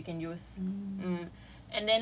a document full of vouchers that you can use